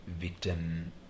victim